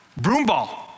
broomball